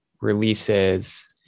releases